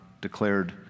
declared